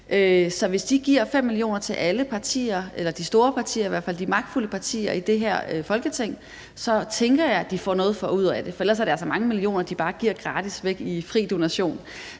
Så hvis de giver 5 mio. kr. til alle partier eller i hvert fald de store partier, de magtfulde partier, i det her Folketing, tænker jeg, at de får noget ud af det, for ellers er det altså mange millioner, de bare giver gratis væk i fri donation.